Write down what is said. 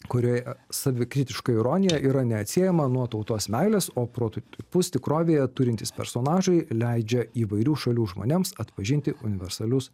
kurioje savikritiška ironija yra neatsiejama nuo tautos meilės o prototipus tikrovėje turintys personažai leidžia įvairių šalių žmonėms atpažinti universalius